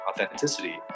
authenticity